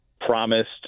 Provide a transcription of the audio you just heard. promised